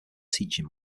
teaching